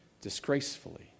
disgracefully